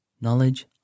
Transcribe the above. Knowledge